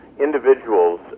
individuals